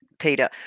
Peter